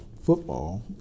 football